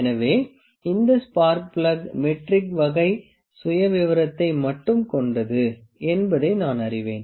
எனவே இந்த spark plug metric வகை சுயவிவரத்தை மட்டும் கொண்டது என்பதை நான் அறிவேன்